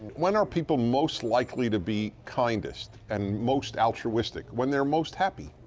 when are people most likely to be kindest, and most altruistic? when they're most happy.